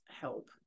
help